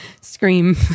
scream